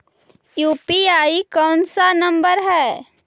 UPI कोन सा number हैं?